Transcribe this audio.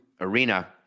arena